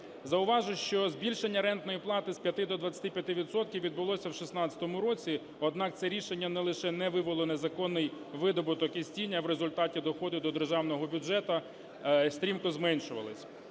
Зауважу, що збільшення рентної плати з 5 до 25 відсотків відбулося в 16-му році, однак це рішення не лише не вивело незаконний видобуток з тіні, а в результаті доходи до державного бюджету стрімко зменшувались.